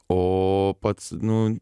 o pats nu